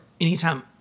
anytime